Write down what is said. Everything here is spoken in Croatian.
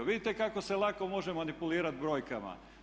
Vidite kako se lako može manipulirati brojkama.